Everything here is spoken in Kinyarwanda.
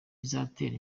bizatera